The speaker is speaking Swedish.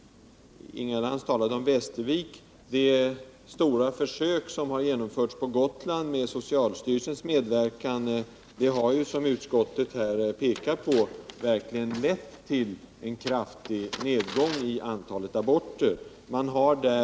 Inga Lantz talade om Västervik. Ett stort upplagt försök har genomförts på Gotland med socialstyrelsens medverkan. Det har, som utskottet påpekar, verkligen lett till en kraftig nedgång i antalet aborter.